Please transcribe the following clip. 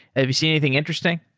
have you seen anything interesting?